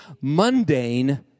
mundane